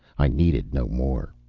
i needed no more.